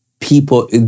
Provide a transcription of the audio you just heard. people